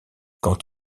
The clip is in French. quand